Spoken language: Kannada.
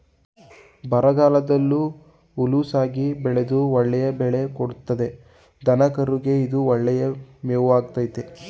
ಬರಗಾಲದಲ್ಲೂ ಹುಲುಸಾಗಿ ಬೆಳೆದು ಒಳ್ಳೆಯ ಬೆಳೆ ಕೊಡ್ತದೆ ದನಕರುಗೆ ಇದು ಒಳ್ಳೆಯ ಮೇವಾಗಾಯ್ತೆ